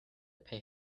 pay